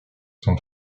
son